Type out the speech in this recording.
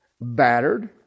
battered